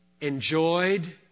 enjoyed